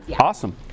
awesome